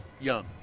young